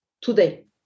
today